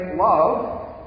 love